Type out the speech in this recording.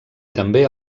també